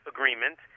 Agreement